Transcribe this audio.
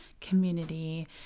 community